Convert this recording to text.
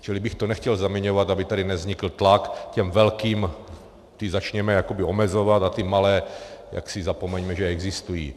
Čili bych to nechtěl zaměňovat, aby tady nevznikl tlak těm velkým ty začněme jakoby omezovat a na ty malé jaksi zapomeňme, že existují.